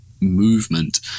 movement